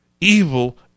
evil